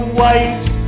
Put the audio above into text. waves